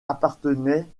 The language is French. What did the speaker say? appartenait